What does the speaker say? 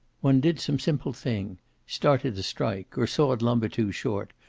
one did some simple thing started a strike, or sawed lumber too short,